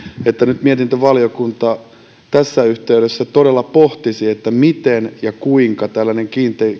että nyt mietintövaliokunta tässä yhteydessä todella pohtisi miten ja kuinka tällainen